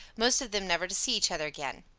most of them never to see each other again.